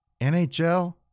NHL